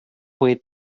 with